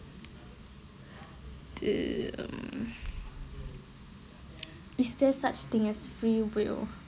um is there such thing as free will